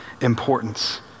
importance